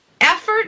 effort